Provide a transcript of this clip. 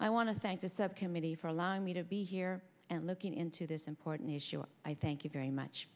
i want to thank the subcommittee for allowing me to be here and looking into this important issue and i thank you very much